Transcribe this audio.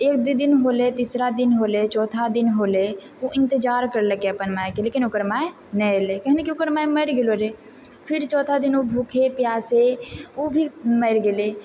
एक दू दिन होलै तीसरा दिन होलै चौथा दिन होलै ओ इन्तजार करलकै अपन माइके लेकिन ओकर माइ नहि अयलै किए ने कि ओकर माइ मरि गेलो रहै फिर चौथा दिन ओ भूखे पियासे ओ भी मरि गेलै